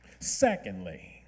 Secondly